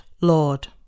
Lord